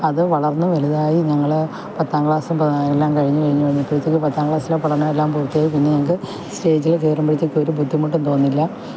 അത് വളര്ന്ന് വലുതായി ഞങ്ങള് പത്താം ക്ലാസും പ എല്ലാം കഴിഞ്ഞ് കഴിഞ്ഞ് വന്നപ്പഴത്തേക്ക് പത്താം ക്ലാസിലെ പഠനവെല്ലാം പൂര്ത്തിയായി പിന്നെ ഞങ്ങൾക്ക് സ്റ്റേജില് കേറുമ്പഴത്തേക്കൊരു ബുദ്ധിമുട്ടും തോന്നിയില്ല